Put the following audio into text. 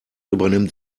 übernimmt